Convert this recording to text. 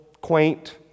quaint